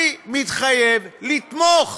אני מתחייב לתמוך.